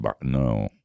No